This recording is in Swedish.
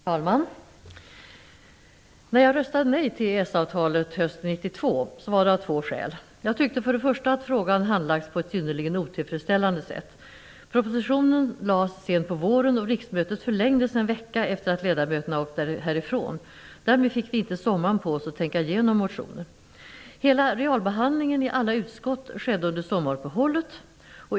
Herr talman! När jag röstade nej till EES-avtalet hösten 1992, var det av två skäl. Jag tyckte för det första att frågan handlagts på ett synnerligen otillfredsställande sätt. Propositionen lades fram sent på våren, och riksmötet förlängdes en vecka efter att ledamöterna åkt härifrån. Därmed fick vi inte sommaren på oss att tänka igenom motioner. Hela realbehandlingen i alla utskott skedde under sommaruppehållet.